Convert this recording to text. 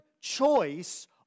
choice